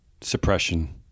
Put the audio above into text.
suppression